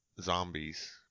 zombies